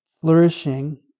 flourishing